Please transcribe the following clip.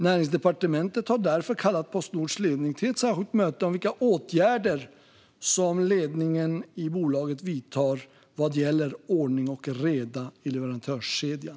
Näringsdepartementet har därför kallat Postnords ledning till ett särskilt möte om vilka åtgärder som ledningen i bolaget vidtar vad gäller ordning och reda i leverantörskedjan.